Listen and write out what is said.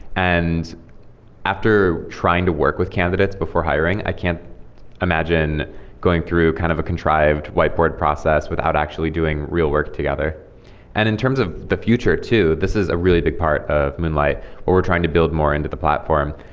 and after trying to work with candidates before hiring, i can't imagine going through kind of a contrived whiteboard process without actually doing real work together and in terms of the future too, this is a really big part of moonlight, what we're trying to build more into the platform.